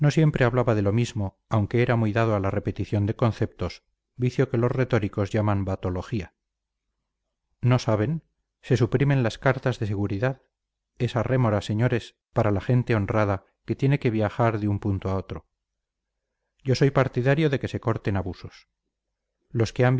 siempre hablaba de lo mismo aunque era muy dado a la repetición de conceptos vicio que los retóricos llaman batología no saben se suprimen las cartas de seguridad esa rémora señores para la gente honrada que tiene que viajar de un punto a otro yo soy partidario de que se corten abusos los que han